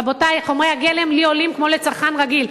רבותי, חומרי הגלם עולים לי כמו לצרכן רגיל.